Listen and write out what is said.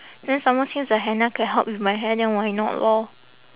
then some more since the henna can help with my hair then why not lor